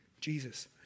Jesus